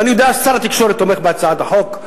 ואני יודע ששר התקשורת תומך בהצעת החוק.